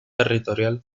territorial